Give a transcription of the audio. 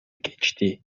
geçti